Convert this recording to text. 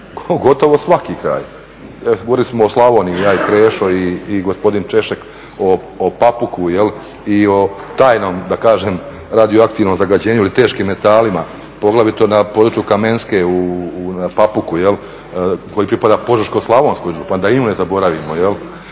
gotovo svaki kraj, govorili smo o Slavoniji ja i Krešo i gospodin Češek o Papuku i o tajnom radioaktivnom zagađenju ili teškim metalima poglavito na području Kamenske na Papuku koji pripada Požeško-slavonskoj županiji da i nju ne zaboravimo.